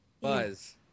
Buzz